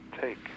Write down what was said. take